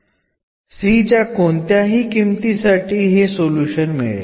യുടെ ഏതൊരു മൂല്യത്തിനും അതൊരു സൊല്യൂഷൻ ആയിരിക്കും